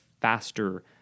faster